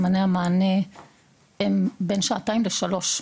זמני המענה הם בין שעתיים לשלוש,